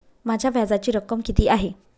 माझ्या व्याजाची रक्कम किती आहे?